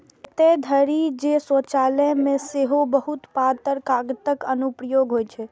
एतय धरि जे शौचालय मे सेहो बहुत पातर कागतक अनुप्रयोग होइ छै